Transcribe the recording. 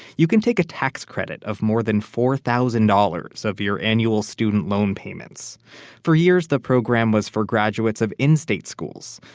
you can take a tax credit of more than four thousand dollars so of your annual student loan payments for years, the program was for graduates of in-state schools.